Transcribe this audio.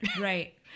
Right